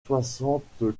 soixante